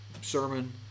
sermon